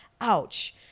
ouch